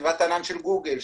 סביבת ענן של גוגל,